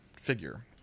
Figure